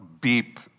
beep